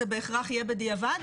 זה בהיכרך יהיה בדיעבד?